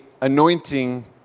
anointing